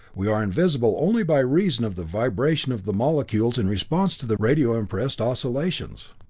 we are invisible only by reason of the vibration of the molecules in response to the radio impressed oscillations.